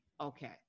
okay